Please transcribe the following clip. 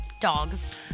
dogs